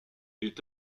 est